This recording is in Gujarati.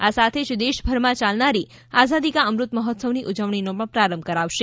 આ સાથે જ દેશ ભરમાં ચાલનારી આઝાદી કા અમૃત મહોત્સવની ઉજવણીનો પણ પ્રારંભ થશે